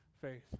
faith